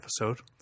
episode